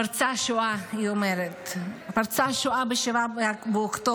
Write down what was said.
פרצה שואה, היא אומרת, פרצה שואה ב-7 באוקטובר.